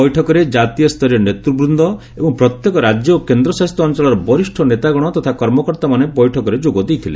ବୈଠକରେ ଜାତୀୟସରୀୟ ନେତୁବୂନ୍ଦ ଏବଂ ପ୍ରତ୍ୟେକ ରାଜ୍ୟ ଓ କେନ୍ଦ୍ରଶାସିତ ଅଞ୍ଚଳର ବରିଷ୍ଠ ନେତାଗଣ ତଥା କର୍ମକତ୍ତାମାନେ ବୈଠକରେ ଯୋଗ ଦେଇଥିଲେ